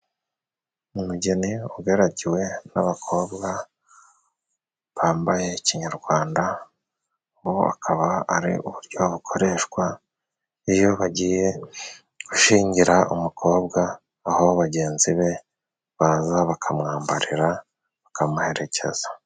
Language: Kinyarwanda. Umugeni ugaragiwe n'abakobwa bambaye kinyarwanda ubu akaba ari uburyo bukoreshwa iyo bagiye gushingira umukobwa aho bagenzi be baza bakamwambarira bakamuherekeza.